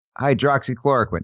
hydroxychloroquine